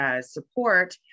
support